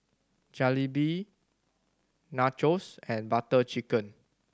Jalebi Nachos and Butter Chicken